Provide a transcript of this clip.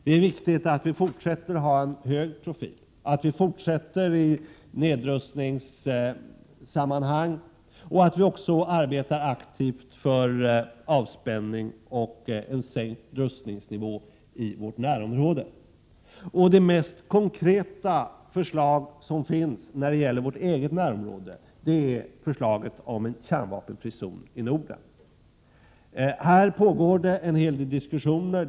Det är viktigt att vi fortsätter att ha en hög profil, att vi fortsätter arbetet i nedrustningssammanhang och att vi också arbetar aktivt för avspänning och sänkt rustningsnivå i vårt närområde. Det mest konkreta förslag som finns när det gäller vårt eget närområde är förslaget om en kärnvapenfri zon i Norden. Här pågår en hel del diskussioner.